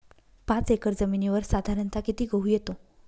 पाच एकर जमिनीवर साधारणत: किती गहू येतो?